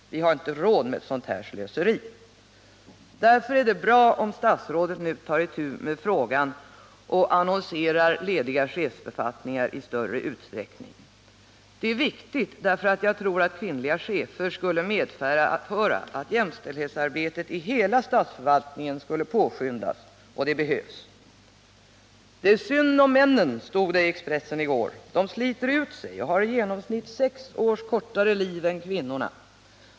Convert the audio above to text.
Vi har inte råd med ett sådant slöseri! Därför är det bra om statsrådet nu tar itu med frågan och annonserar ut lediga chefsbefattningar i större utsträckning. Det är viktigt. Jag tror att kvinnliga chefer skulle medföra att jämställdhetsarbetet i hela statsförvaltningen skulle påskyndas, och det behövs. Det är synd om männen, stod det i Expressen i går. De sliter ut sig och har i genomsnitt sex års kortare liv än kvinnorna.